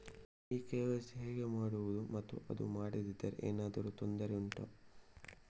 ಈ ಕೆ.ವೈ.ಸಿ ಹೇಗೆ ಮಾಡುವುದು ಮತ್ತು ಅದು ಮಾಡದಿದ್ದರೆ ಏನಾದರೂ ತೊಂದರೆ ಉಂಟಾ